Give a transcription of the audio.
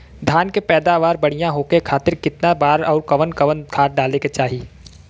धान के पैदावार बढ़िया होखे खाती कितना बार अउर कवन कवन खाद डाले के चाही?